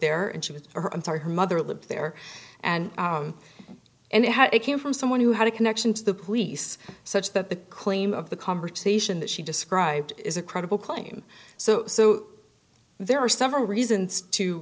there and she was or i'm sorry her mother lived there and and how it came from someone who had a connection to the police such that the claim of the conversation that she described is a credible claim so so there are several reasons to